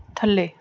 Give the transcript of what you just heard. ਥੱਲੇ